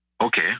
okay